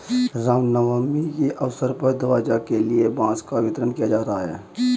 राम नवमी के अवसर पर ध्वजा के लिए बांस का वितरण किया जा रहा है